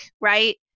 right